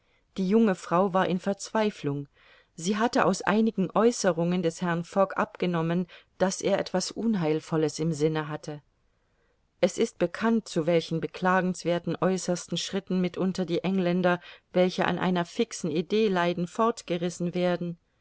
die junge frau war in verzweiflung sie hatte aus einigen aeußerungen des herrn fogg abgenommen daß er etwas unheilvolles im sinne hatte es ist bekannt zu welchen beklagenswerthen äußersten schritten mitunter die engländer welche an einer fixen idee leiden fortgerissen werden